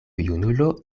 junulo